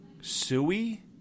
Suey